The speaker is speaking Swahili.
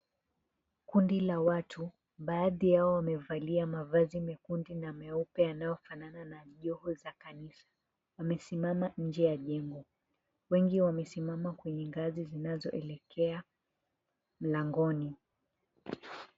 Kundi la watu baadhi yao wamevalia mavazi mekundu na meupe, yanayofanana na joho za kanisa. Wamesimama nje ya jengo. Wengi wamesimama kwenye ngazi zinazoelekea mlangoni.